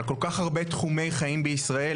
על כל-כך הרבה תחומי חיים בישראל,